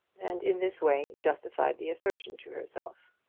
and in this way justified the assertion to herself.